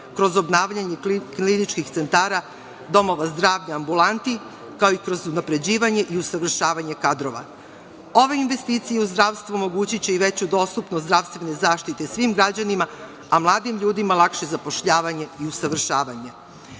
kroz obnavljanje kliničkih centara, domova zdravlja, ambulanti, kao i kroz unapređivanje i usavršavanje kadrova. Ove investicije u zdravstvu omogućiće i veću dostupnost zdravstvene zaštite svim građanima, a mladim ljudima lakše zapošljavanje i usavršavanje. Kada